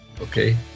okay